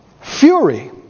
Fury